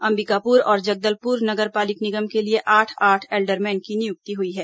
अंबिकापुर और जगदलपुर नगर पालिक निगम के लिए आठ आठ एल्डरमैन की नियुक्ति हुई है